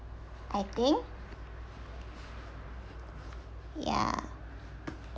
I think ya